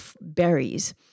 berries